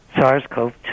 SARS-CoV